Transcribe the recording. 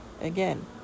again